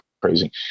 crazy